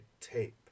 tape